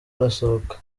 arasohoka